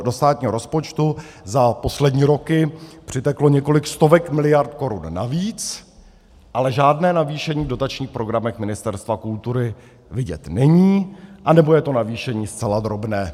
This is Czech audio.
Do státního rozpočtu za poslední roky přiteklo několik stovek miliard korun navíc, ale žádné navýšení v dotačních programech Ministerstva kultury vidět není, anebo je to navýšení zcela drobné.